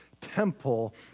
temple